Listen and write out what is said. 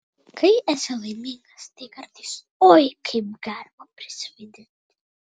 kai esi laimingas tai kartais oi kaip galima prisivaidinti